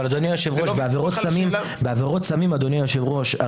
אבל בעבירות סמים אדוני היושב-ראש,